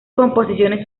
composiciones